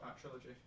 trilogy